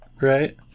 right